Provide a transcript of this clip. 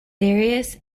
various